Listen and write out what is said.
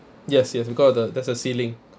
yes yes it got the there's a ceiling